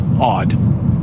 odd